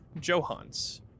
johans